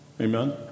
Amen